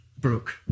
Brooke